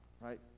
right